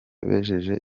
bejeje